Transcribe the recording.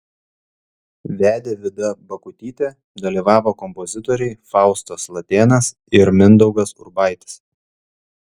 vedė vida bakutytė dalyvavo kompozitoriai faustas latėnas ir mindaugas urbaitis